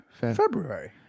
February